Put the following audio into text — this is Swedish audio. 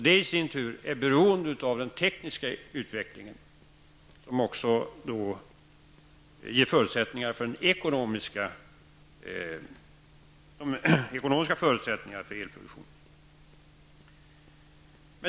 Det i sin tur är beroende av den tekniska utvecklingen, som också ger de ekonomiska förutsättningarna för elproduktionen.